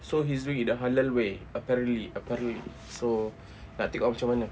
eh he's doing it the halal way apparently apparently so nak tengok ah macam mana